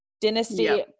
Dynasty